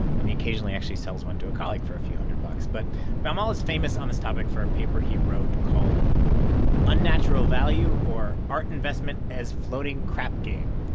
and he occasionally actually sells one to a colleague for a few hundred bucks. but baumol is famous on this topic for a paper he wrote called unnatural value or art investment as floating crap game.